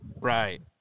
Right